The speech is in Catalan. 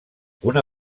una